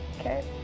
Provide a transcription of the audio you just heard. okay